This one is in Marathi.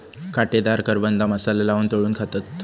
काटेदार करवंदा मसाला लाऊन तळून खातत